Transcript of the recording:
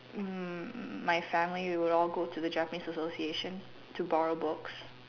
um my family we would all go to the Japanese association to borrow books